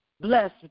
bless